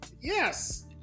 Yes